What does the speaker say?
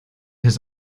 his